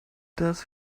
das